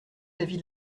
l’avis